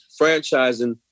franchising